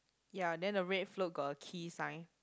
ya then the red float got a key sign